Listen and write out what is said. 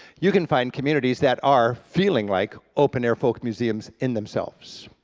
you can find communities that are feeling like open-air folk museums in themselves.